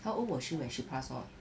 how old was she when she pass on